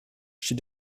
she